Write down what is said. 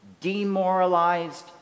demoralized